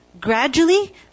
gradually